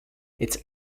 it’s